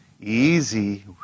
Easy